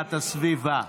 והגנת הסביבה.